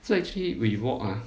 so actually we walk ah